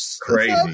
crazy